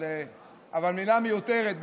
אבל מילה מיותרת,